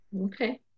Okay